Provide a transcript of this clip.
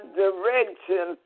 direction